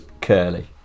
Curly